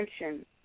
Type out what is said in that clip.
attention